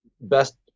best